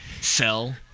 Sell